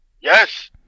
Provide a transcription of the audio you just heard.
Yes